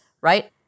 right